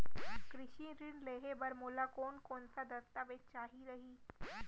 कृषि ऋण लेहे बर मोला कोन कोन स दस्तावेज चाही रही?